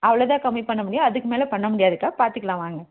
அவ்வளோதான் கம்மி பண்ண முடியும் அதுக்கு மேலே பண்ண முடியாதுக்கா பார்த்துக்கலாம் வாங்க